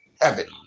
heaven